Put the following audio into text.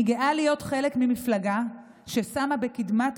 אני גאה להיות חלק ממפלגה ששמה בקדמת